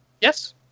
yes